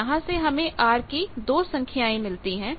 तो यहां से हमें R की दो संख्याएं मिलती हैं